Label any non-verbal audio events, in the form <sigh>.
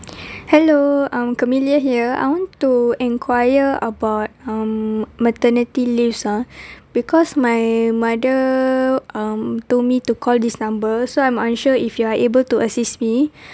<breath> hello um camilia here I want to inquire about um maternity leave ah <breath> because my mother um told me to call this numbers so I'm unsure if you are able to assist me <breath>